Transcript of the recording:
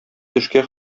төшкә